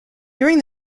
during